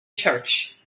church